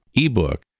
ebook